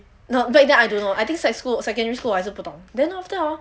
no that that I don't know I think sec school secondary school 我还是不懂 then after that hor